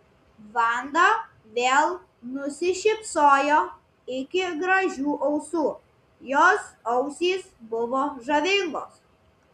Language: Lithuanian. vanda vėl nusišypsojo iki gražių ausų jos ausys buvo žavingos